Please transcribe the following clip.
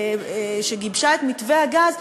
שגיבש את מתווה הגז,